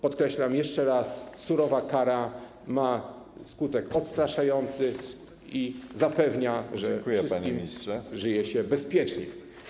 Podkreślam jeszcze raz: surowa kara ma skutek odstraszający i zapewnia, że wszystkim żyje się bezpiecznie.